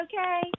okay